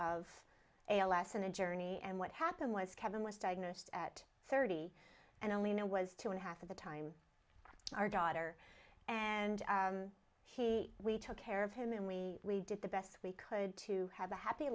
of a lesson a journey and what happened was kevin was diagnosed at thirty and i only know was two and a half at the time our daughter and he we took care of him and we we did the best we could to have a happy